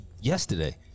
yesterday